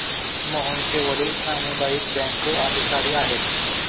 मोहनचे वडील सामुदायिक बँकेत अधिकारी आहेत